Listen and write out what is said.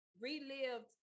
relived